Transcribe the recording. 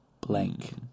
Blank